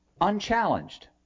unchallenged